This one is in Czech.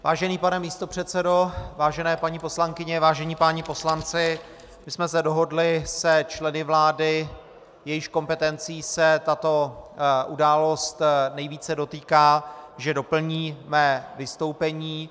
Vážený pane místopředsedo, vážené paní poslankyně, vážení páni poslanci, my jsme se dohodli s členy vlády, jejichž kompetencí se tato událost nejvíce dotýká, že doplní mé vystoupení.